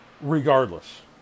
regardless